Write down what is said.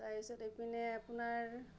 তাৰ পিছত এইপিনে আপোনাৰ